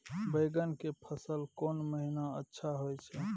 बैंगन के फसल कोन महिना अच्छा होय छै?